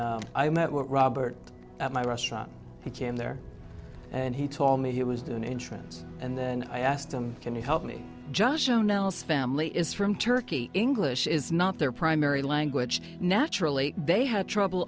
then i met with robert at my restaurant he came there and he told me he was doing entrance and then i asked him can you help me just show nels family is from turkey english is not their primary language naturally they have trouble